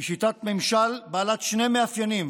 היא שיטת ממשל בעלת שני מאפיינים,